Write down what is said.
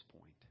point